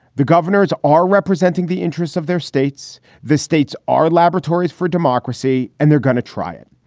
the governors are representing the interests of their states. the states are laboratories for democracy and they're going to try it.